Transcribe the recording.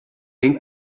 ein